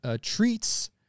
treats